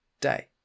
day